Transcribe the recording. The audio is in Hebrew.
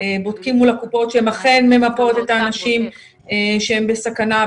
בודקים מול הקופות שהן אכן ממפות את האנשים שהם בסכנה,